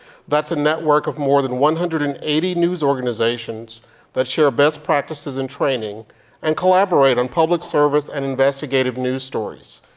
that's a network of more than one hundred and eighty news organizations that share best practices and training and collaborate on public service and investigative news stories.